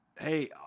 hey